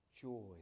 Joy